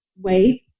wait